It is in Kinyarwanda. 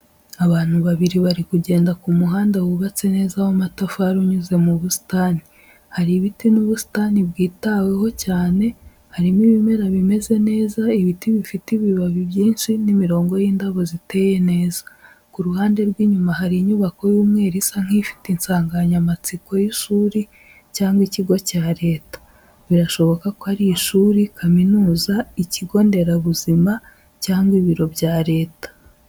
Abantu babiri bari kugenda ku muhanda wubatse neza w’amatafari unyuze mu busitani. Hari ibiti n’ubusitani bwitaweho cyane harimo ibimera bimeze neza ibiti bifite ibibabi byinshi n’imirongo y’indabo zitetse neza. Ku ruhande rw’inyuma hari inyubako y’umweru isa nk’ifite insanganyamatsiko y’ishuri cyangwa ikigo cya leta birashoboka ko ari ishuri, kaminuza, ikigo nderabuzima, cyangwa ibiro bya leta.